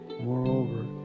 Moreover